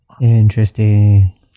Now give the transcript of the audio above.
Interesting